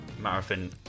marathon